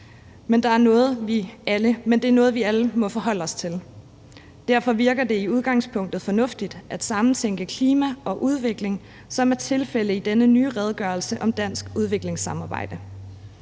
men det er noget, vi alle må forholde os til. Derfor virker det i udgangspunktet fornuftigt at samtænke klima og udvikling, som det er tilfældet i denne nye redegørelse for dansk udviklingssamarbejde.